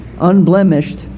unblemished